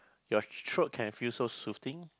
your throat can feel so soothing